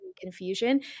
confusion